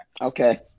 okay